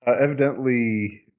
evidently